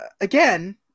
Again